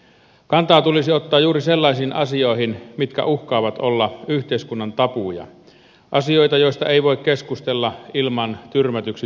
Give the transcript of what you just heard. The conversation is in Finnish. kantaa tulisi ottaa juuri sellaisiin asioihin mitkä uhkaavat olla yhteiskunnan tabuja asioita joista ei voi keskustella ilman tyrmätyksi tulemista